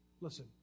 Listen